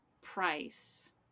price